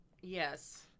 Yes